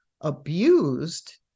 abused